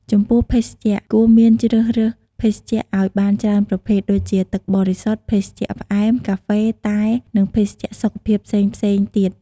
ចំពោះភេសជ្ជៈគួរមានជ្រើសរើសភេសជ្ជៈអោយបានច្រើនប្រភេទដូចជា ទឹកបរិសុទ្ធ ភេសជ្ជៈផ្អែម កាហ្វេ តែ និងភេសជ្ជៈសុខភាពផ្សេងៗទៀត។